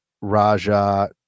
Raja